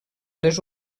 les